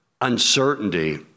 uncertainty